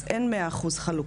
אז אין מאה אחוז חלוקה,